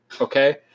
Okay